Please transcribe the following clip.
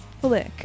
Flick